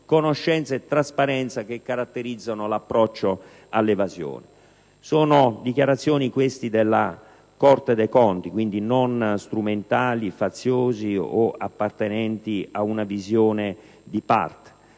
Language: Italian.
conoscenza e trasparenza che caratterizzano l'approccio all'evasione. Sono dichiarazioni della Corte dei conti, quindi non strumentali, faziose o appartenenti ad una visione di parte.